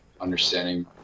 understanding